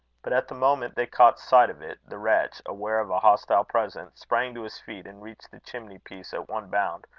but at the moment they caught sight of it, the wretch, aware of a hostile presence, sprang to his feet, and reached the chimney-piece at one bound,